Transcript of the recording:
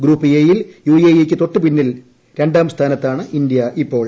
group എ യിൽ യുഎഇ യ്ക്ക് തൊട്ടുപിന്നിൽ ര ാം സ്ഥാനത്താണ് ഇന്ത്യ ഇപ്പോൾ